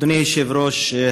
אדוני היושב-ראש,